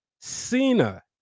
Cena